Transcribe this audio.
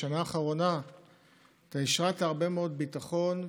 בשנה האחרונה השרית הרבה מאוד ביטחון,